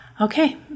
Okay